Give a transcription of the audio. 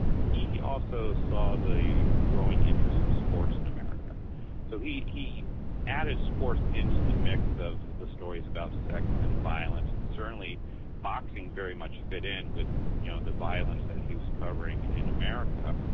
he also saw the growing interest in sports in america so, he he added sports into the mix of the stories about sex and violence, certainly boxing very much fit in with you know the violence that he was covering in america.